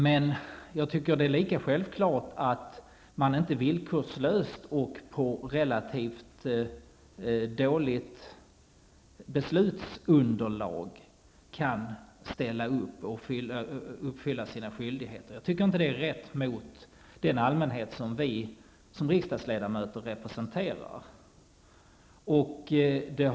Men det är lika självklart att staten inte villkorslöst och på relativt dåligt beslutsunderlag skall ställa upp och uppfylla sina skyldigheter. Det kan inte vara rätt mot den allmänhet som vi som riksdagsledamöter representerar.